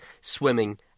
swimming